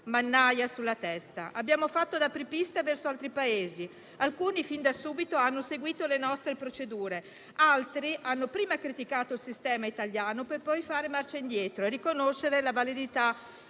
mannaia sulla testa. Abbiamo fatto da apripista ad altri Paesi; alcuni fin da subito hanno seguito le nostre procedure, altri hanno prima criticato il sistema italiano, per poi fare marcia indietro e riconoscerne la validità.